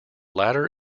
latter